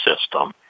system